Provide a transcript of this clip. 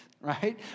right